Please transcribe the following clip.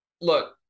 look